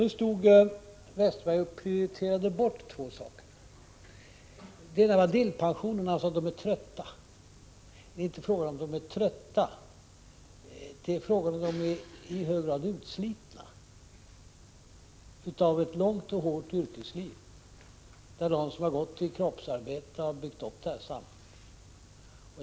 Nu stod Bengt Westerberg och prioriterade bort två saker. Den ena var delpensionerna. Han sade att en del människor är trötta. Det är inte fråga om att de är trötta, utan det är fråga om att de i hög grad är utslitna av ett långt och hårt yrkesliv. Det är de som har gått i kroppsarbete som har byggt upp det här samhället.